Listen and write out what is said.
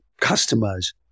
customers